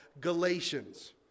Galatians